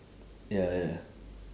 ya ya